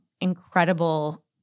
incredible